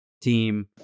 team